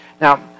Now